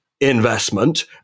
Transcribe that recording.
investment